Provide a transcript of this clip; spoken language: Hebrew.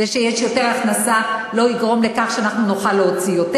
זה שיש יותר הכנסה לא יגרום לכך שאנחנו נוכל להוציא יותר,